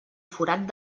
forat